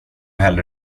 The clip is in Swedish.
hellre